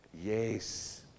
yes